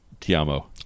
Tiamo